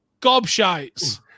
gobshites